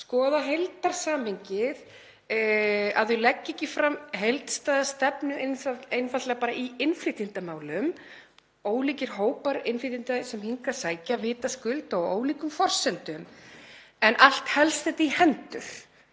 skoða heildarsamhengið, að þau leggi ekki fram heildstæða stefnu einfaldlega bara í innflytjendamálum — ólíkir hópar innflytjenda sem hingað sækja, vitaskuld á ólíkum forsendum en allt helst þetta í hendur,